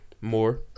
More